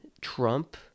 Trump